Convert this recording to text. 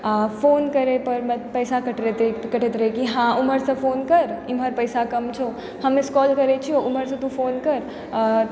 आओर फोन करय परमे पैसा कटैत रहय कि हँ ओमहरसँ फोन कर एमहर पैसा कम छौ हम मिस कॉल करय छियौ ओमहरसँ तौं फोन कर